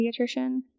pediatrician